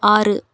ஆறு